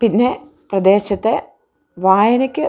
പിന്നെ പ്രദേശത്തെ വായനയ്ക്ക്